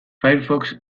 firefox